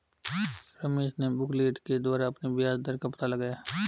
रमेश ने बुकलेट के द्वारा अपने ब्याज दर का पता लगाया